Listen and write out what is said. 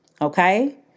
Okay